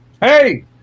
hey